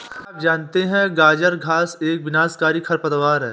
क्या आप जानते है गाजर घास एक विनाशकारी खरपतवार है?